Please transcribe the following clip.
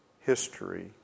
history